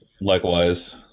likewise